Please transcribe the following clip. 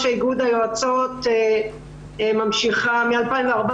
איגוד היועצות למעמד האישה מ-2014,